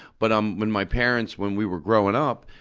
but um when my parents, when we were growing up,